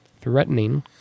threatening